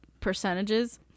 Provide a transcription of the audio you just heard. percentages